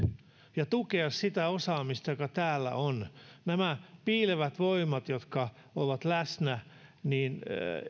ja tukea sitä osaamista joka täällä on kun nämä piilevät voimat ovat läsnä niin